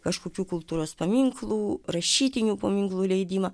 kažkokių kultūros paminklų rašytinių paminklų leidimą